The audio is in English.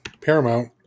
Paramount